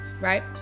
right